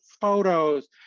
photos